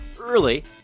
Early